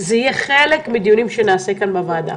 זה יהיה חלק מדיונים שנעשה כאן בוועדה.